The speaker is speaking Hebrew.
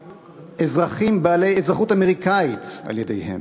אזרחים בעלי אזרחות אמריקנית על ידיהם.